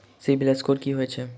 CIBIL score की होइत छैक?